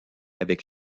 avec